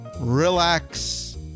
relax